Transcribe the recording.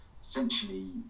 essentially